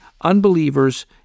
unbelievers